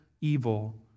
evil